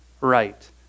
right